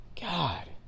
God